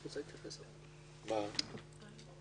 אתם רואים, זה לא בדיוק מה שכתוב בתקנון.